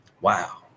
Wow